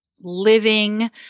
living